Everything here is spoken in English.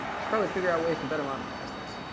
should probably figure out ways to better monetize this.